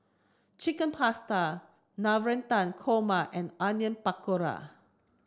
Chicken Pasta Navratan Korma and Onion Pakora